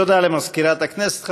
תודה למזכירת הכנסת.